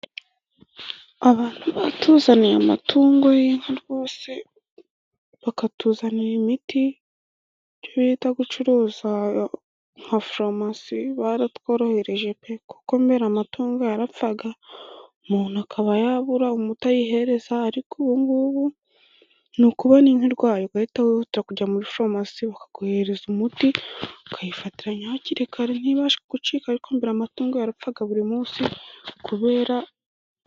Abantu batuzaniye amatungo y'inka rwose bakatuzanira imiti bita gucuruza nka farumasi baratworohereje pe. kuko mbera amatongo yarapfaga, umuntu akaba yabura umuti ayihereza, ariko ubu ngubu ni ukubona inka irwaye ugahita wihutira kujya muri falumasi bakaguhereza umuti ukayifatiranya hakiri kare ntibashe kugucika. Ariko mbere amatungo yarapfaga buri munsi kubera,